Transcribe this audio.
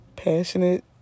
Passionate